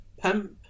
Pimp